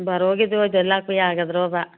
ꯕꯥꯔꯣꯒꯤ ꯑꯗꯨꯋꯥꯏꯗ ꯂꯥꯛꯄ ꯌꯥꯒꯗ꯭ꯔꯣꯕ